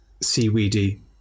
seaweedy